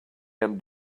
end